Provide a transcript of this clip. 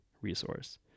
resource